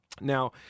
Now